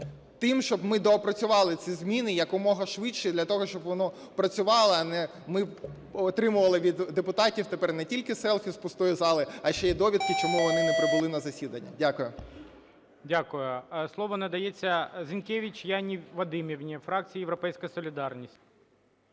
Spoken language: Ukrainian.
тим, щоб ми доопрацювали ці зміни якомога швидше для того, щоб воно працювало, а не ми отримували від депутатів тепер не тільки селфі з пустої зали, а ще й довідки, чому вони не прибули на засідання. Дякую. ГОЛОВУЮЧИЙ. Дякую. Слово надається Зінкевич Яні Вадимівні, фракція "Європейська солідарність".